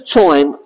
time